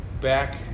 back